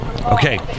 Okay